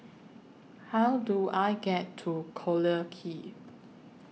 How Do I get to Collyer Quay